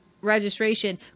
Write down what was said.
registration